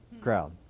crowd